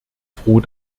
froh